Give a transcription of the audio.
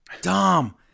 Dom